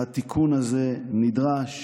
התיקון הזה נדרש.